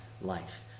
life